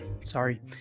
sorry